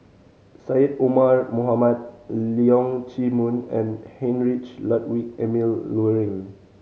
Syed Omar Mohamed Leong Chee Mun and Heinrich Ludwig Emil Luering